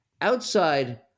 outside